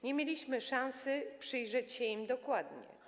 Nie mieliśmy szansy przyjrzeć się im dokładnie.